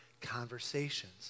conversations